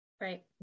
Right